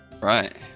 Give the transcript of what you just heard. Right